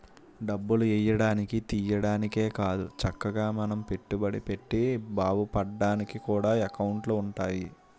డబ్బులు ఎయ్యడానికి, తియ్యడానికే కాదు చక్కగా మనం పెట్టుబడి పెట్టి బావుపడ్డానికి కూడా ఎకౌంటులు ఉంటాయి